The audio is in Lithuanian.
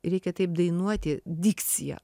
reikia taip dainuoti dikciją